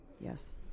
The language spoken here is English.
yes